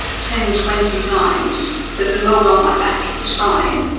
ten, twenty times that the mole on my back is fine,